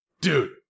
Dude